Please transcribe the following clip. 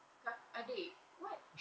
kak adik what